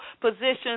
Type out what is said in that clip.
positions